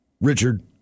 Richard